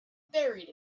buried